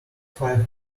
five